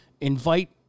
Invite